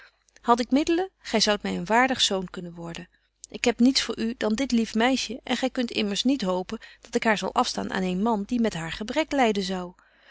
had ik middelen gy zoudt my een waardig zoon kunnen worden ik heb niets voor u dan dit lief meisje en gy kunt immers niet hopen dat ik haar zal afstaan aan een man die met haar gebrek lyden zou